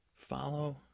follow